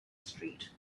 street